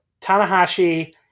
Tanahashi